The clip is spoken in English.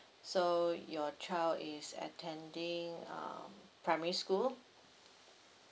so your child is attending uh primary school